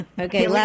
Okay